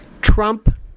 Trump